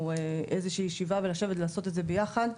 איזושהי ישיבה ולשבת לעשות את זה ביחד,